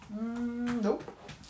Nope